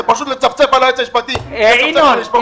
זה לצפצף על היועץ המשפטי ולצפצף על המשפחות האלה.